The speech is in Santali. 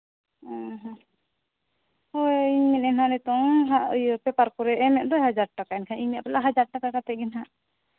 ᱦᱮᱸ ᱦᱮᱸ ᱦᱳᱭ ᱢᱮᱱᱮᱫ ᱦᱟᱸᱜ ᱱᱤᱛᱚᱝ ᱦᱟᱸᱜ ᱤᱭᱟᱹ ᱯᱮᱯᱟᱨ ᱠᱚᱨᱮ ᱮᱢᱮᱫ ᱫᱚ ᱦᱟᱡᱟᱨ ᱴᱟᱠᱟ ᱮᱱᱠᱷᱟᱱᱤᱧ ᱢᱮᱱᱮᱫᱼᱟ ᱦᱟᱡᱟᱨ ᱴᱟᱠᱟ ᱠᱟᱛᱮᱫ ᱜᱮ ᱦᱟᱸᱜ